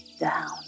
down